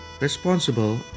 responsible